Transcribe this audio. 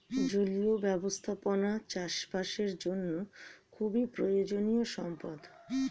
জলীয় ব্যবস্থাপনা চাষবাসের জন্য খুবই প্রয়োজনীয় সম্পদ